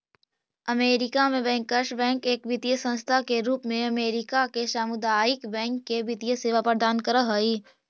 America में bankers bank एक वित्तीय संस्था के रूप में अमेरिका के सामुदायिक बैंक के वित्तीय सेवा प्रदान कर हइ